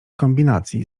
kombinacji